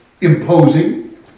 imposing